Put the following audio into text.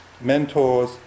mentors